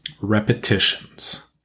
Repetitions